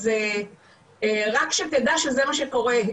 אז רק שתדע שזה מה שקורה,